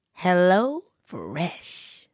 HelloFresh